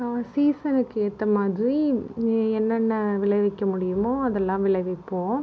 சீசனுக்கு ஏற்ற மாதிரி என்னென்ன விளைவிக்க முடியுமோ அதெல்லாம் விளைவிப்போம்